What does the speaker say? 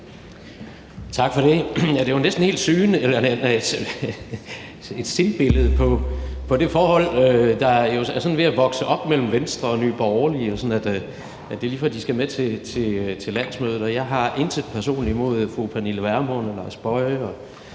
Tak for det. Det er jo næsten et helt sindbillede på det forhold, der sådan er ved at vokse op mellem Venstre og Nye Borgerlige, at det er lige før, de skal med til landsmødet. Og jeg har intet personligt imod fru Pernille Vermund og hr. Lars Boje